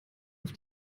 auf